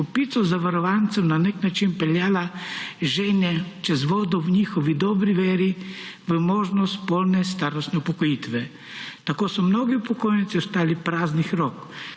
kopico zavarovancev na nek način peljala žejne čez vodo v njihovi dobri veri v možnost polne starostne upokojitve. Tako so mnogi upokojenci ostali praznih rok